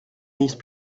these